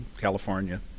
California